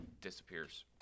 disappears